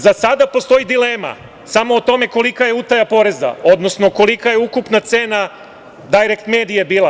Za sada postoji dilema samo o tome kolika je utaja poreza, odnosno kolika je ukupna cena „Dajrekt medije“ bila.